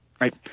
right